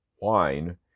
wine